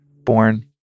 born